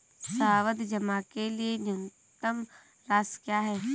सावधि जमा के लिए न्यूनतम राशि क्या है?